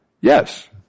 Yes